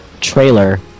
trailer